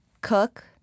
cook